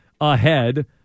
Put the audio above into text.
ahead